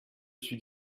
suis